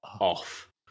off